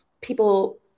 people